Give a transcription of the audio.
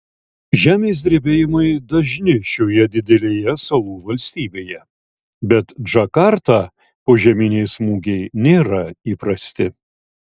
žemės drebėjimai dažni šioje didelėje salų valstybėje bet džakartą požeminiai smūgiai nėra įprasti